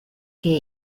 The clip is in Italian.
che